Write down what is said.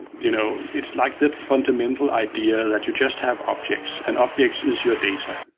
you know it's like that fundamental idea that you just have objects, and objects is your data.